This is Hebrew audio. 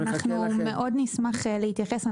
אנחנו נשמח מאוד להתייחס.